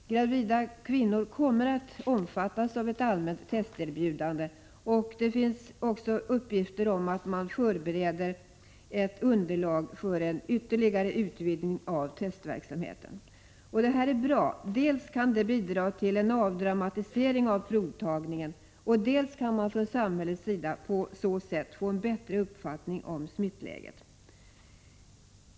Gravida kvinnor kommer att omfattas av ett allmänt testerbjudande. Det finns också uppgifter om att man förbereder ett underlag för en ytterligare utvidgning av testverksamheten. Det här är bra. Dels kan det bidra till en avdramatisering av provtagningen, dels kan man från samhällets sida på så sätt få en bättre uppfattning om smittoläget.